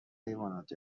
حیوانات